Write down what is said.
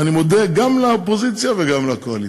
אני מודה גם לאופוזיציה וגם לקואליציה.